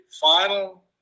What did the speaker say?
final